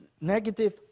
negative